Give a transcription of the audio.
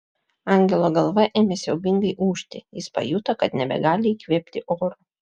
angelo galva ėmė siaubingai ūžti jis pajuto kad nebegali įkvėpti oro